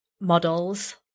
models